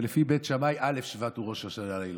ולפי בית שמאי א' בשבט הוא ראש השנה לאילנות.